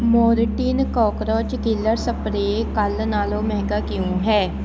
Mortein cockroach killer spray ਕੱਲ੍ਹ ਨਾਲੋਂ ਮਹਿੰਗਾ ਕਿਉਂ ਹੈ